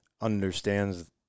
understands